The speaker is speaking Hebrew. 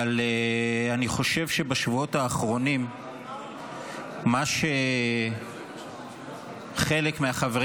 אבל אני חושב שבשבועות האחרונים מה שחלק מהחברים